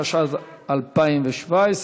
התשע"ז 2017,